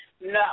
No